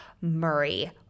murray